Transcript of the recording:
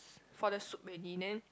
for the soup already then